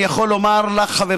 אני יכול לומר לך,